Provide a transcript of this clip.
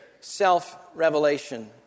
self-revelation